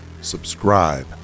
Subscribe